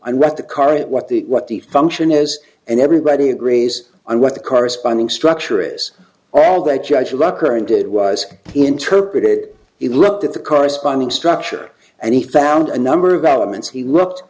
and what the current what the what the function is and everybody agrees on what the corresponding structure is all that judge rucker and did was interpreted it looked at the corresponding structure and he found a number of elements he looked